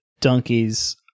donkey's